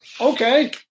Okay